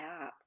app